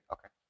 Okay